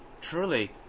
truly